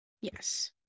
Yes